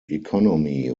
economy